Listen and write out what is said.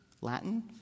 Latin